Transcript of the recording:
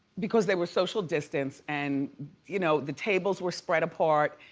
because they were social distanced and you know the tables were spread apart.